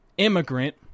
immigrant